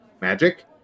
magic